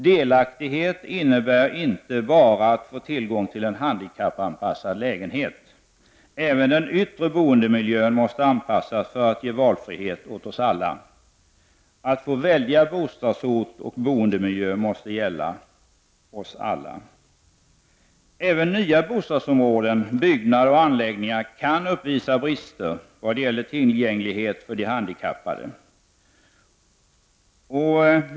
Delaktighet innebär inte bara att få tillgång till en handikappanpassad lägenhet. Även den yttre boendemiljön måste anpassas för att ge valfrihet åt oss alla. Att få välja bostadsort och boendemiljö måste gälla oss alla. Även nya bostadsområden, byggnader och anläggningar kan uppvisa brister vad gäller tillgänglighet för de handikappade.